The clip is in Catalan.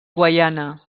guaiana